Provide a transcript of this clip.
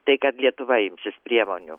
tai kad lietuva imsis priemonių